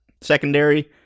secondary